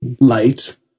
light